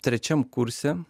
trečiam kurse